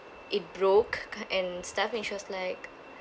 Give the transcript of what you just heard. it broke and stuff and she was like